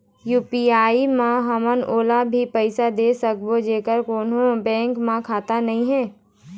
UPI मे हमन ओला भी पैसा दे सकबो जेकर कोन्हो बैंक म खाता नई हे?